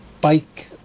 Bike